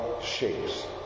shapes